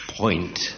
point